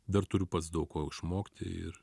dar turiu pats daug ko išmokti ir